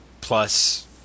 plus